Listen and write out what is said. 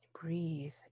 breathe